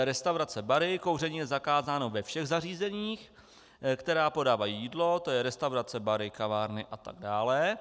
Restaurace, bary kouření je zakázáno ve všech zařízeních, která podávají jídlo, to jsou restaurace, bary, kavárny a tak dále.